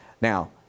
Now